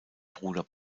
bruder